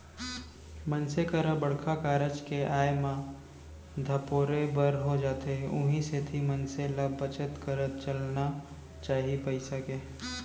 मनसे करा बड़का कारज के आय म धपोरे बर हो जाथे उहीं सेती मनसे ल बचत करत चलना चाही पइसा के